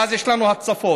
ואז יש לנו הצפות.